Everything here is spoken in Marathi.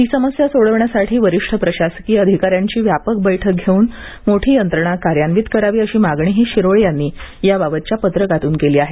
ही समस्या सोडविण्यासाठी वरीष्ठ प्रशासकीय अधिकाऱ्यांची व्यापक बैठक घेऊन मोठी यंत्रणा कार्यान्वित करावी अशी मागणीही शिरोळे यांनी याबाबतच्या पत्रकातून केली आहे